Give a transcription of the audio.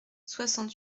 soixante